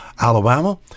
Alabama